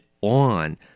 On